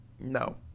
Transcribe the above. No